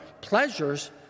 pleasures